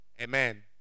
Amen